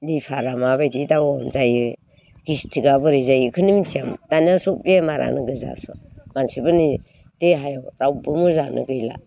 लिभारआ माबायदि दाउन जायो गिस्टिकआ बोरै जायो बेखौनो मिथियामोन दाना सब बेमारानो गोजा जोब मानसिफोरनि देहायाव रावबो मोजाङानो गैला